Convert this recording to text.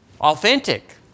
authentic